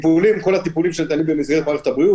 טיפולים כל הטיפולים שניתנים במסגרת מערכת הבריאות,